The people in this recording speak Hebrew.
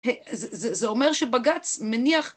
זה אומר שבגץ מניח